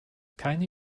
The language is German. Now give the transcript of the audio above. keine